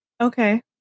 Okay